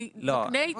זה מקנה יתרון.